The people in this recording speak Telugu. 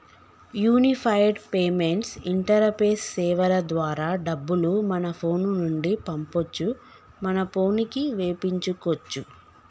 యూనిఫైడ్ పేమెంట్స్ ఇంటరపేస్ సేవల ద్వారా డబ్బులు మన ఫోను నుండి పంపొచ్చు మన పోనుకి వేపించుకోచ్చు